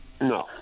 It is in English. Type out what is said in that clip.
No